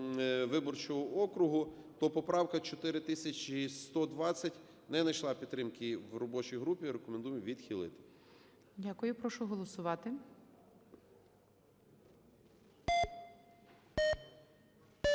виборчого округу, то поправка 4120 не знайшла підтримки в робочій групі. Рекомендуємо відхилити. ГОЛОВУЮЧИЙ. Дякую. Прошу голосувати.